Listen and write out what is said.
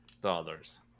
dollars